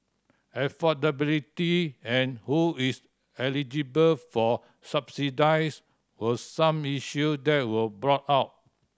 affordability and who is eligible for subsidies were some issue that were brought up